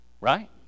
Right